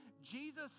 Jesus